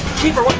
keep her,